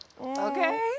Okay